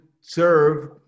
serve